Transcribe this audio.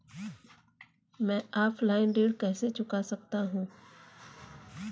मैं ऑफलाइन ऋण कैसे चुका सकता हूँ?